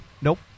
Nope